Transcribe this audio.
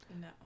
no